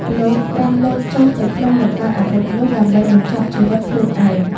លោកបានលោតចុះទៅក្នុងរណ្ដៅអាវុធនោះដើម្បីបញ្ចប់ជីវិតខ្លួនឯង។